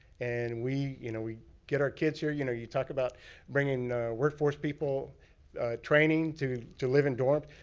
and we you know we get our kids here. you know you talk about bringing workforce people training to to live in dorms.